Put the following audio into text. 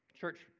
church